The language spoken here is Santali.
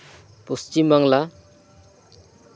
ᱯᱚᱥᱪᱷᱤᱢ ᱵᱟᱝᱞᱟ